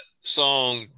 song